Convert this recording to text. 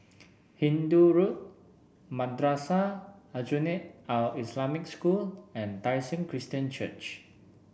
Hindoo Road Madrasah Aljunied Al Islamic School and Tai Seng Christian Church